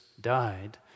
died